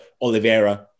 Oliveira